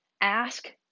Ask